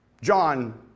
John